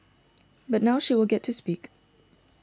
but now she will get to speak